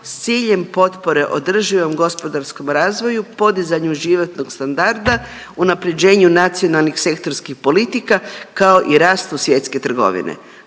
s ciljem potpore održivom gospodarskom razvoju, podizanju životnog standarda, unaprjeđenju nacionalnih sektorskih politika, kao i rastu svjetske trgovine.